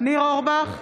ניר אורבך,